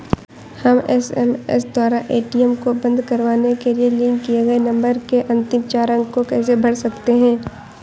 हम एस.एम.एस द्वारा ए.टी.एम को बंद करवाने के लिए लिंक किए गए नंबर के अंतिम चार अंक को कैसे भर सकते हैं?